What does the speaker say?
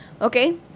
Okay